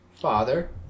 Father